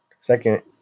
second